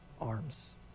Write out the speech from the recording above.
arms